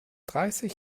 dreißig